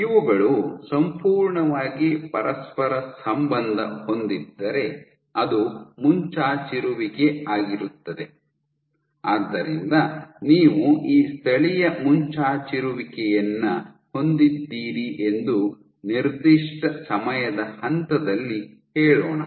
ಇವುಗಳು ಸಂಪೂರ್ಣವಾಗಿ ಪರಸ್ಪರ ಸಂಬಂಧ ಹೊಂದಿದ್ದರೆ ಅದು ಮುಂಚಾಚಿರುವಿಕೆ ಆಗಿರುತ್ತದೆ ಆದ್ದರಿಂದ ನೀವು ಈ ಸ್ಥಳೀಯ ಮುಂಚಾಚಿರುವಿಕೆಯನ್ನು ಹೊಂದಿದ್ದೀರಿ ಎಂದು ನಿರ್ದಿಷ್ಟ ಸಮಯದ ಹಂತದಲ್ಲಿ ಹೇಳೋಣ